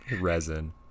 resin